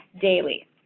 daily